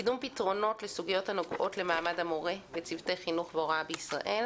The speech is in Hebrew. קידום פתרונות לסוגיות הנוגעות למעמד המורה וצוותי חינוך והוראה בישראל